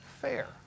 fair